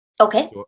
Okay